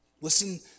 Listen